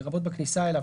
לרבות בכניסה אליו,